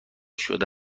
شده